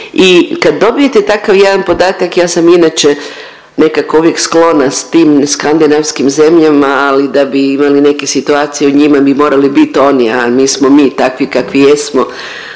i kad dobijete takav jedan podatak ja sam inače nekako uvijek sklona s tim skandinavskim zemljama ali da bi imali neke situacije o njima bi morali biti oni, a mi smo mi takvi kakvi jesmo